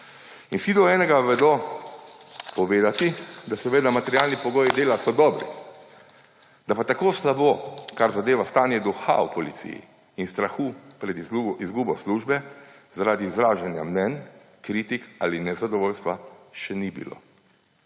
In vsi do enega vedo povedati, da so materiali pogoji dela dobri, da pa tako slabo, kar zadeva stanje duha v policiji in strah pred izgubo službe zaradi izražanja mnenj, kritik ali nezadovoljstva, še ni bilo.